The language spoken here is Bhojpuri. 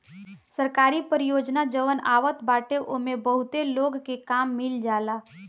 सरकारी परियोजना जवन आवत बाटे ओमे बहुते लोग के काम मिल जाला